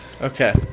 Okay